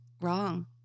wrong